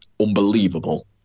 unbelievable